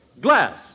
Glass